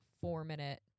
four-minute